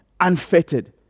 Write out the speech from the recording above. unfettered